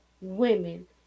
women